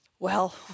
Well